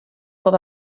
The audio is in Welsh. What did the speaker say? bob